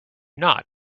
not